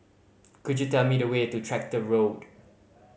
could you tell me the way to Tractor Road